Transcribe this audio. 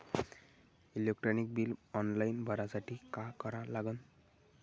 Electric bill online भरासाठी का करा लागन?